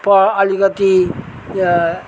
प अलिकति